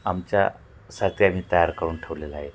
आमच्या साठी आम्ही तयार करून ठेवलेलं आहेत